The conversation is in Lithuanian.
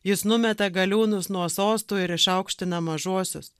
jis numeta galiūnus nuo sostų ir išaukština mažuosius